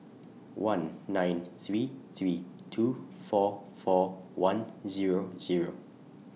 one nine three three two four four one Zero Zero